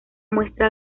muestra